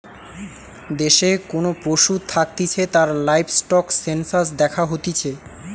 দেশে কোন পশু থাকতিছে তার লাইভস্টক সেনসাস দ্যাখা হতিছে